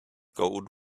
gold